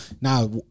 Now